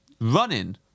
running